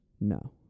No